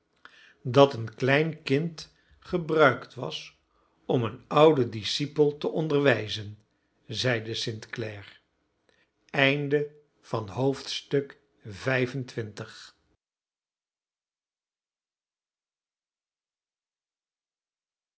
dat een klein kind gebruikt was om een ouden discipel te onderwijzen zeide st clare